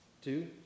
two